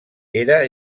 era